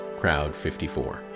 crowd54